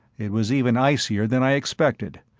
it was even icier than i expected,